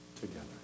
together